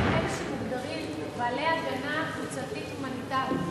מה עם אלה שמוגדרים בעלי הגנה קבוצתית הומניטרית?